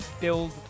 build